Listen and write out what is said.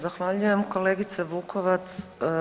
Zahvaljujem kolegice Vukovac.